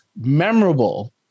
memorable